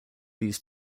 these